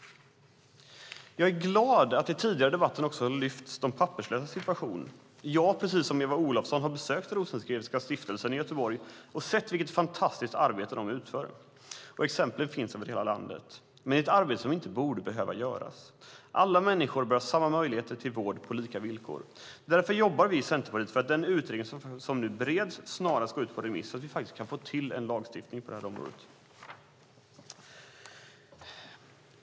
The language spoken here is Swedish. Jag är glad att de papperslösas situation har lyfts fram tidigare i debatten. Jag har precis som Eva Olofsson besökt Rosengrenska stiftelsen i Göteborg och sett vilket fantastiskt arbete de utför. Exempel finns över hela landet. Men det är ett arbete som inte borde behöva göras. Alla människor bör ha samma möjligheter till vård på lika villkor. Därför jobbar vi i Centerpartiet för att den utredning som nu bereds snarast ska ut på remiss, så att vi kan få till en lagstiftning på det här området.